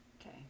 Okay